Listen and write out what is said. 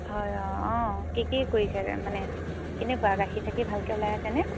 হয় অঁ অঁ কি কি কৰিছে মানে কেনেকুৱা গাখীৰ চাখীৰ ভালকৈ ওলাই আছেনে